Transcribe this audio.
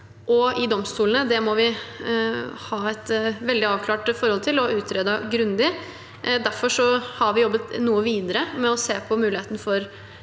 og i domstolene, må vi ha et veldig avklart forhold til og ha utredet grundig. Derfor har vi jobbet noe videre med å se på muligheten for